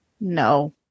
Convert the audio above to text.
No